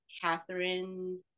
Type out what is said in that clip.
Catherine